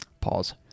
Pause